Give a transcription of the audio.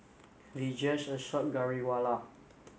Vijesh Ashok Ghariwala